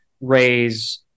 raise